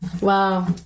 Wow